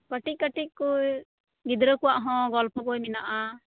ᱠᱟᱹᱴᱤᱡ ᱠᱟᱹᱴᱤᱡ ᱠᱚ ᱜᱤᱫᱽᱨᱟᱹ ᱠᱚᱣᱟᱜ ᱦᱚᱸ ᱜᱚᱞᱯᱚ ᱵᱳᱭ ᱢᱮᱱᱟᱜᱼᱟ